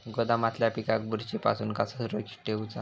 गोदामातल्या पिकाक बुरशी पासून कसा सुरक्षित ठेऊचा?